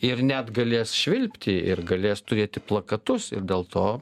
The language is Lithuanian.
ir net galės švilpti ir galės turėti plakatus ir dėl to